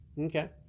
okay